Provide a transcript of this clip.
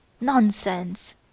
Nonsense